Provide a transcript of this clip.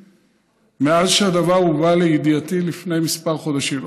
מאז שהדבר הובא לידיעתי לפני כמה חודשים,